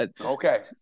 Okay